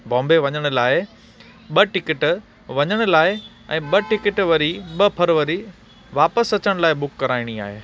बोंबे वञण लाइ ॿ टिकिट वञण लाइ ऐं ॿ टिकिट वरी ॿ फ़रवरी वापसि अचण लाइ बुक कराइणी आहे